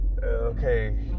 Okay